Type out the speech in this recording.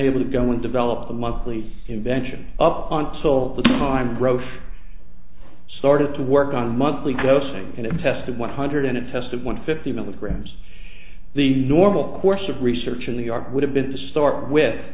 able to go and develop the monthly invention up until the time growth started to work on monthly posting and it tested one hundred in a test of one fifty milligrams the normal course of research in new york would have been to start with